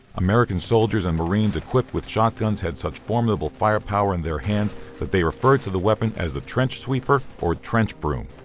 american soldiers and marines equipped with shotguns had such formidable firepower in their hands that they refer to the weapon as the trench sweeper or trench broom